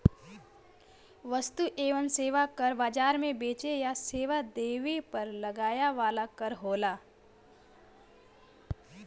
वस्तु एवं सेवा कर बाजार में बेचे या सेवा देवे पर लगाया वाला कर होला